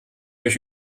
euch